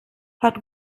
hat